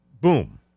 boom